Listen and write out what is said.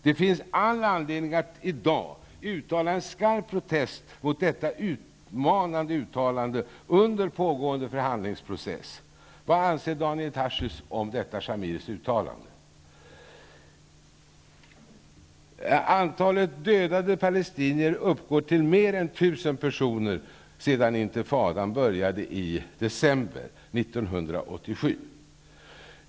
Det finns all anledning att i dag rikta en skarp protest mot detta utmanande uttalande under pågående förhandlingsprocess. Vad anser Daniel Tarschys om detta Shamirs uttalande?